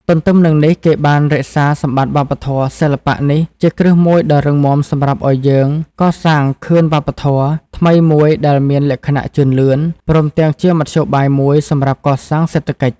ទន្ទឹមនឹងនេះ គេបាន រក្សាសម្បត្តិវប្បធម៌ សិល្បៈនេះជាគ្រឹះមួយដ៏រឹងមាំសម្រាប់ឱ្យយើងកសាងខឿនវប្បធម៌ ថ្មីមួយដែលមានលក្ខណៈជឿនលឿន ព្រមទាំងជាមធ្យោបាយមួយសម្រាប់កសាង សេដ្ឋកិច្ច។